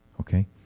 Okay